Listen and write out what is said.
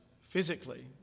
physically